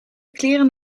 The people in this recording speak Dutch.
kleren